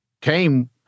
came